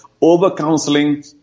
over-counseling